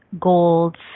gold